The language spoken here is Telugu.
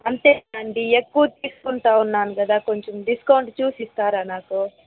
అంతేనా అండి ఎక్కువ తీసుకుంటు ఉన్నాను కదా కొంచం డిస్కౌంట్ చూసి ఇస్తారా నాకు